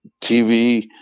TV